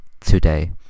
today